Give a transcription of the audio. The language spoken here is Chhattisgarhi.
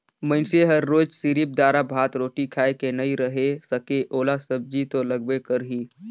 मइनसे हर रोयज सिरिफ दारा, भात, रोटी खाए के नइ रहें सके ओला सब्जी तो लगबे करही